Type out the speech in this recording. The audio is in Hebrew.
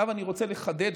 עכשיו אני רוצה לחדד,